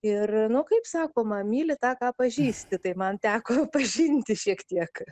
ir nu kaip sakoma myli tą ką pažįsti tai man teko pažinti šiek tiek